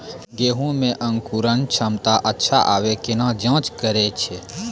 गेहूँ मे अंकुरन क्षमता अच्छा आबे केना जाँच करैय छै?